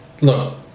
Look